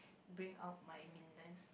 bring out my meanness